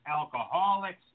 alcoholics